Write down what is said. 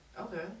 Okay